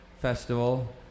festival